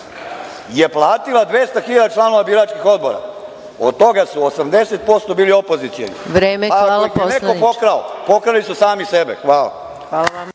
je platila 200.000 članova biračkih odbora, od toga su 80% bili opozicioni. Ako ih je neko pokrao, pokrali su sami sebe. Hvala.